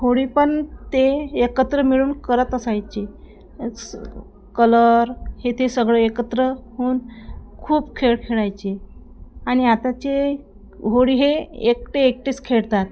होळी पण ते एकत्र मिळून करत असायचे कलर हे ते सगळं एकत्र होऊन खूप खेळ खेळायचे आणि आताचे होळी हे एकटे एकटेच खेळतात